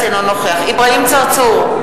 אינו נוכח אברהים צרצור,